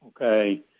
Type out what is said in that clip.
Okay